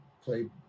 play